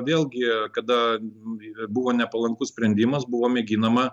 vėlgi kada buvo nepalankus sprendimas buvo mėginama